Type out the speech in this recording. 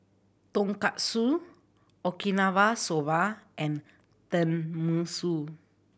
Tonkatsu Okinawa Soba and Tenmusu